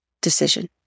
decision